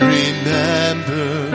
remember